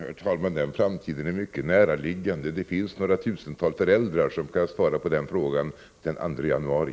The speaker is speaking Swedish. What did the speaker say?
Herr talman! Den framtiden är mycket näraliggande. Det finns några tusental föräldrar som kan svara på den frågan den 2 januari.